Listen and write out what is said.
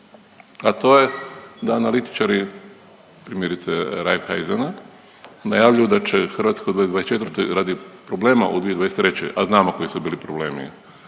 a to je da analitičari, primjerice Raiffeisena najavljuju da će Hrvatska u 2024. radi problema u 2023., a znamo koji su bili problemi,